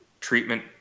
treatment